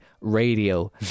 radio